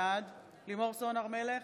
בעד לימור סון הר מלך,